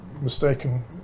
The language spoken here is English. mistaken